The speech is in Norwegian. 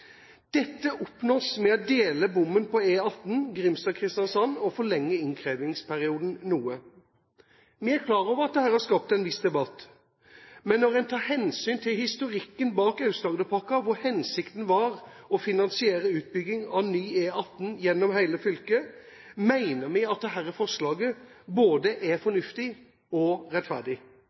Dette oppnås ved å dele bommen på E18 Grimstad–Kristiansand og forlenge innkrevingsperioden noe. Vi er klar over at dette har skapt en viss debatt, men når en tar hensyn til historikken bak Aust-Agderpakken, hvor hensikten var å finansiere utbygging av ny E18 gjennom hele fylket, mener vi at dette forslaget er både fornuftig og rettferdig.